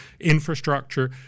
infrastructure